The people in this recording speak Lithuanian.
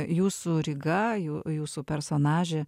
jūsų ryga ju jūsų personažė